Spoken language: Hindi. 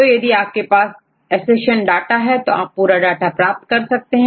तो यदि आपके पास एसेशन डाटा है तो पूरा डाटा प्राप्त हो जाता है